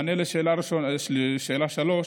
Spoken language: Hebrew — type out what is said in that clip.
מענה על שאלה 3,